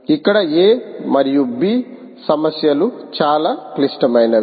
ఇక్కడ A మరియు B సమస్యలు చాలా క్లిష్టమైనవి